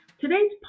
Today's